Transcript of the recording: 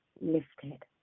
lifted